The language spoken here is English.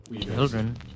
Children